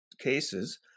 cases